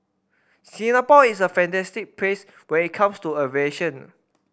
Singapore is a fantastic place when it comes to aviation